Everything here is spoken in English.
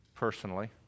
personally